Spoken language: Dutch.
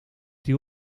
die